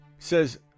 Says